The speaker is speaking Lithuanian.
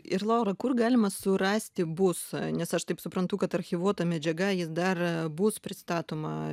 ir laura kur galima surasti bus nes aš taip suprantu kad archyvuota medžiaga ji dar bus pristatoma